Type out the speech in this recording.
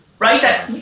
Right